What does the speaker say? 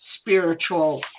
spiritual